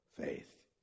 faith